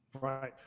Right